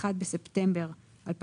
(1 בספטמבר 2022)